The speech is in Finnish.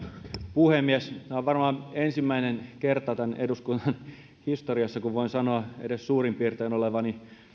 puhemies tämä on varmaan ensimmäinen kerta tämän eduskunnan historiassa kun voin sanoa edes suurin piirtein olevani